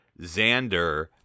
Xander